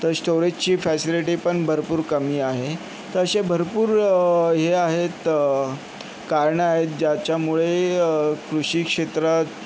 तर स्टोरेजची फॅसिलिटी पण भरपूर कमी आहे तर असे भरपूर हे आहेत कारणं आहेत ज्याच्यामुळे कृषी क्षेत्रात